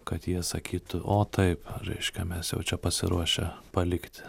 kad jie sakytų o taip reiškia mes jau čia pasiruošę palikti